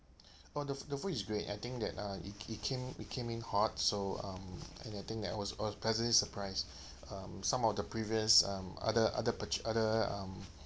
oh the fo~ the food is great I think that uh it it came in it came in hot so um and I think that I was I was pleasantly surprised um some of the previous um other other purch~ other um